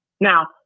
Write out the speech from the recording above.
Now